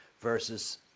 versus